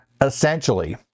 essentially